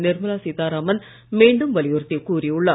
நிர்மலா சீதாராமன் மீண்டும் வலியுறுத்தி கூறியுள்ளார்